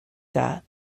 that